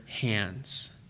hands